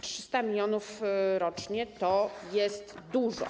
300 mln zł rocznie to jest dużo.